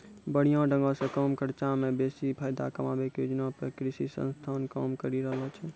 बढ़िया ढंगो से कम खर्चा मे बेसी फायदा कमाबै के योजना पे कृषि संस्थान काम करि रहलो छै